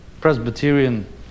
Presbyterian